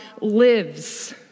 lives